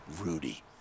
Rudy